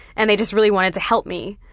and they just really wanted to help me,